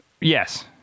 yes